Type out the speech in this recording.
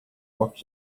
watch